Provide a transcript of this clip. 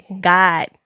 God